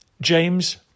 James